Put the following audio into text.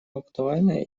актуальное